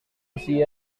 aussi